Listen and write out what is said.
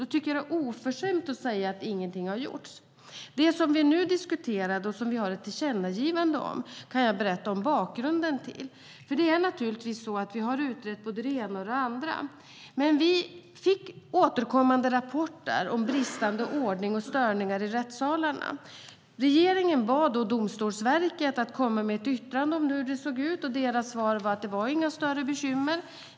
Då tycker jag att det är oförskämt att säga att ingenting har gjorts. Det som vi nu diskuterar och som vi har ett tillkännagivande om kan jag berätta om bakgrunden till. Vi har naturligtvis utrett både det ena och det andra, men vi fick återkommande rapporter om bristande ordning och störningar i rättssalarna. Regeringen bad då Domstolsverket att komma med ett yttrande om hur det såg ut. Svaret var att det inte var några större bekymmer.